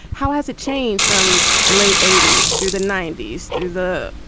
how has it changed from late eighty s through the ninety s, through the,